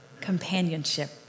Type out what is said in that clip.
companionship